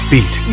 Beat